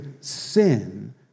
sin